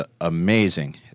amazing